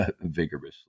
vigorously